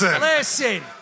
Listen